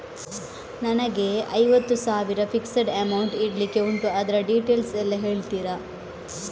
ನನಗೆ ಐವತ್ತು ಸಾವಿರ ಫಿಕ್ಸೆಡ್ ಅಮೌಂಟ್ ಇಡ್ಲಿಕ್ಕೆ ಉಂಟು ಅದ್ರ ಡೀಟೇಲ್ಸ್ ಎಲ್ಲಾ ಹೇಳ್ತೀರಾ?